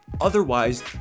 Otherwise